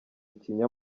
ikinya